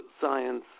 science